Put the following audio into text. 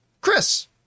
Chris